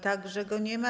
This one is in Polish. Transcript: Także go nie ma.